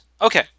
Okay